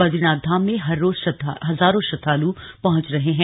बदरीनाथ धाम में हर रोज हजारों श्रद्वाल् पहंच रहे हैं